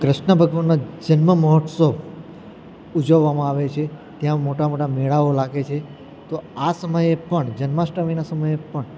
કૃષ્ણ ભગવાનનો જન્મ મહોત્સવ ઉજવવામાં આવે છે ત્યાં મોટા મોટા મેળાઓ લાગે છે તો આ સમયે પણ જન્માષ્ટમીના સમયે પણ